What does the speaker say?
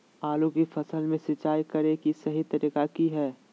आलू की फसल में सिंचाई करें कि सही तरीका की हय?